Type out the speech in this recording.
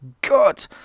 god